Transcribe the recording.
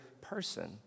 person